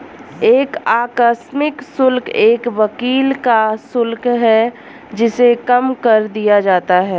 एक आकस्मिक शुल्क एक वकील का शुल्क है जिसे कम कर दिया जाता है